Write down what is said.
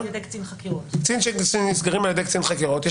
תיקים שנסגרים על ידי קצין חקירות.